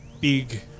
big